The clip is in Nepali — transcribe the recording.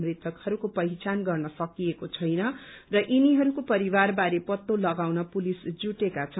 मृतकहरूको पहिचान गर्न सकिएको छैन र यिनीहरूको परिवारबारे पत्तो लगाउन पुलिस जुटेको छ